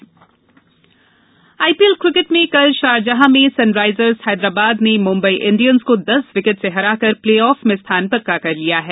IPL IPL cricket में कल Sharjah में सनराइजर्स हैदराबाद ने मुम्बई इंडियन्स को दस विकेट से हरा कर प्लेऑफ में स्थान पक्का कर लिया है